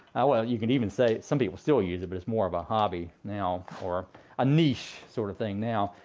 well, you could even say some people still ah use it, but it's more of a hobby now or a niche sort of thing now.